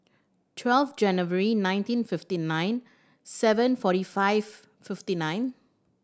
twelve January nineteen fifty nine seven forty five fifty nine